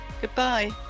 Goodbye